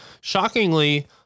Shockingly